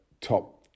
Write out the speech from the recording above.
top